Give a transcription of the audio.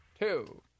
two